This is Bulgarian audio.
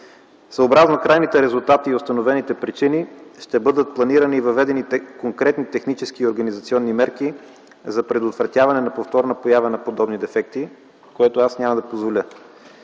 Съобразно крайните резултати и установените причини ще бъдат планирани въведените конкретни технически и организационни мерки за предотвратяване на повторна поява на подобни дефекти, което аз няма да позволя.